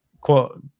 quote